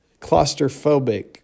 claustrophobic